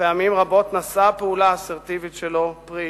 שפעמים רבות נשאה הפעולה האסרטיבית שלו פרי